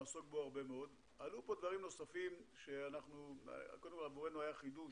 עלו דברים נוספים שעבורנו היו חידוש,